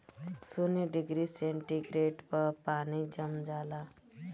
शून्य degree centigrade पर पानी जम जाला